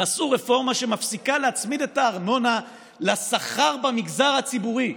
תעשו רפורמה שמפסיקה להצמיד את הארנונה לשכר במגזר הציבורי,